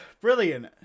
brilliant